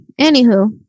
anywho